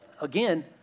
Again